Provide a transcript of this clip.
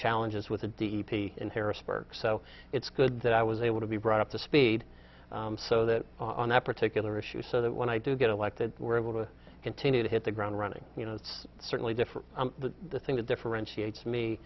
challenges with the d p in harrisburg so it's good that i was able to be brought up to speed so that on that particular issue so that when i do get elected we're able to continue to hit the ground running you know it's certainly different the thing that differentiates me